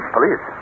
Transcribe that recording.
Police